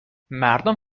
مردم